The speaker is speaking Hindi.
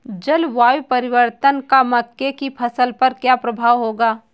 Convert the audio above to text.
जलवायु परिवर्तन का मक्के की फसल पर क्या प्रभाव होगा?